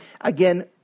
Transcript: Again